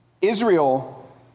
Israel